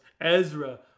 Ezra